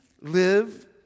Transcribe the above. live